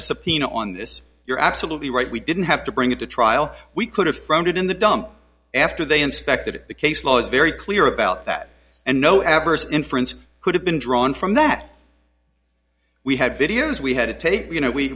a subpoena on this you're absolutely right we didn't have to bring it to trial we could have thrown it in the dump after they inspected the case law is very clear about that and no adverse inference could have been drawn from that we had videos we had to take you know we